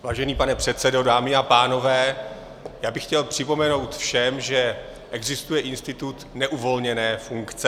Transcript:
Vážený pane předsedo, dámy a pánové, chtěl bych připomenout všem, že existuje institut neuvolněné funkce.